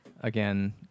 again